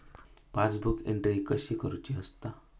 Passbook entry कशी करुची असता?